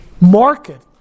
market